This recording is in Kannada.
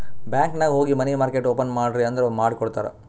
ಬ್ಯಾಂಕ್ ನಾಗ್ ಹೋಗಿ ಮನಿ ಮಾರ್ಕೆಟ್ ಓಪನ್ ಮಾಡ್ರಿ ಅಂದುರ್ ಮಾಡಿ ಕೊಡ್ತಾರ್